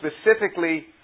specifically